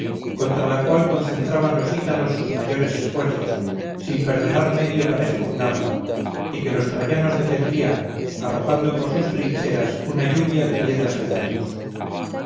contra la cual concentraban los ítalos sus mayores esfuerzos sin perdonar medio para expugnarla y que los troyanos defendían arrojando por sus trincheras una lluvia de piedras y dardos